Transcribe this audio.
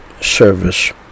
service